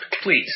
please